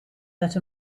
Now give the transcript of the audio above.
that